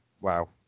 wow